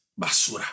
Basura